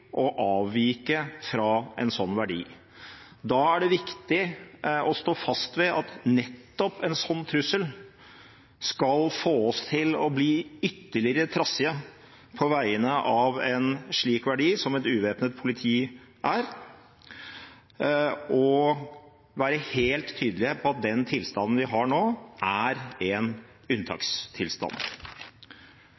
å avvike fra en sånn verdi. Da er det viktig å stå fast ved at nettopp en sånn trussel skal få oss til å bli ytterligere trassige på vegne av en slik verdi, som et uvæpnet politi er, og være helt tydelige på at den tilstanden vi har nå, er en unntakstilstand.